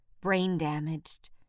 brain-damaged